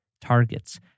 targets